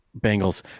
Bengals